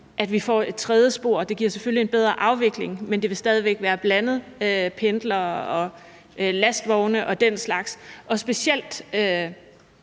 at vi får et tredje spor. Det giver selvfølgelig en bedre afvikling, men der vil stadig væk være en blanding af pendlere, lastvogne og den slags, og specielt